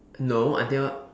no I think I